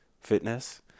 fitness